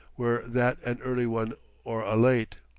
were that an early one or a late.